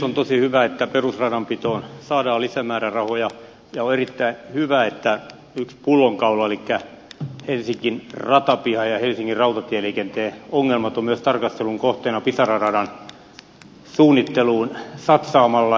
on tosi hyvä että perusradanpitoon saadaan lisämäärärahoja ja on erittäin hyvä että yksi pullonkaula elikkä helsingin ratapiha ja helsingin rautatieliikenteen ongelmat on myös tarkastelun kohteena pisara radan suunnitteluun satsaamalla